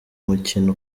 mukino